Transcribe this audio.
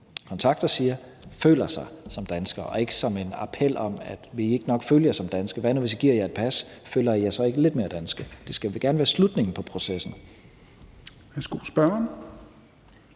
kontakter siger, føler sig som dansker. Det er ikke er en appel om: Vil I ikke nok føle jer som danske? Og: Hvad nu, hvis vi giver jer et pas, føler I jer så ikke lidt mere danske? Det skal gerne være slutningen på processen.